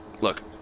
look